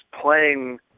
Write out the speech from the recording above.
playing